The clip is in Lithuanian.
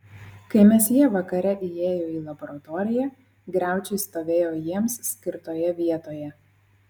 kai mesjė vakare įėjo į laboratoriją griaučiai stovėjo jiems skirtoje vietoje